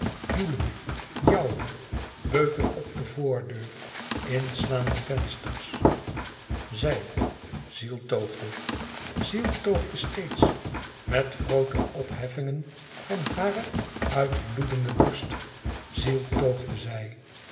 jouwen beuken op de voordeur inslaan de vensters zij zieltoogde zieltoogde steeds met groote opheffingen van hare uitbloedende borst zieltoogde zij